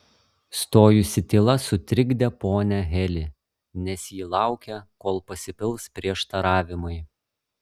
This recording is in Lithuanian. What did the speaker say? stojusi tyla sutrikdė ponią heli nes ji laukė kol pasipils prieštaravimai